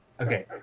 Okay